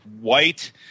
white